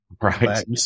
right